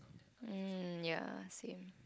mm ya same